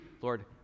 Lord